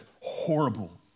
horrible